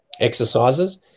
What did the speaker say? exercises